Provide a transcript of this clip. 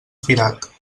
firat